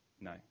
No